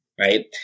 right